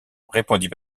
répondit